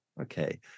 okay